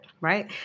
Right